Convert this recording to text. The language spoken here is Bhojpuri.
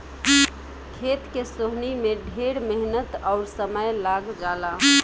खेत के सोहनी में ढेर मेहनत अउर समय लाग जला